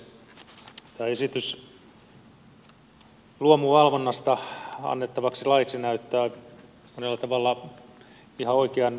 tämä esitys luomuvalvonnasta annettavaksi laiksi näyttää monella tavalla ihan oikeansuuntaiselta